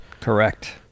Correct